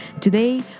Today